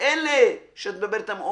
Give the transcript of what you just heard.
ואלה שאת מדברת עליהם,